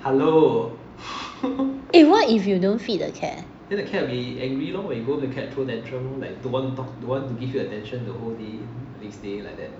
eh what if you don't feed the cat